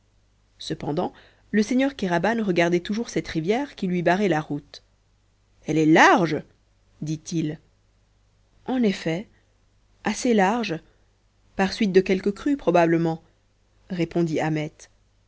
cependant le seigneur kéraban regardait toujours cette rivière qui lui barrait la route elle est large dit-il en effet assez large par suite de quelque crue probablement répondit